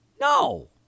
No